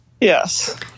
Yes